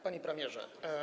Panie Premierze!